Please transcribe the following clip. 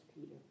Peter